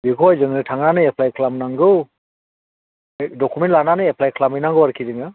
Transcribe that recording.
बेखौहाय जोङो थांनानै एफ्लाय खालामनांगौ ड'कुमेन्ट लानानै एफ्लाय खालामहैनांगौ आरखि जोङो